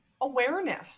awareness